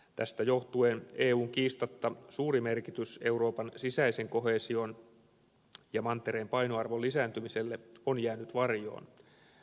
tästä johtuen eun kiistatta suuri merkitys euroopan sisäisen koheesion ja mantereen painoarvon lisääntymiselle on jäänyt varjoon